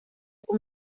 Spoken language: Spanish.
con